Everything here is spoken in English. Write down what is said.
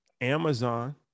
Amazon